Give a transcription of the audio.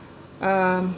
um